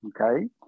Okay